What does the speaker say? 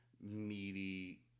meaty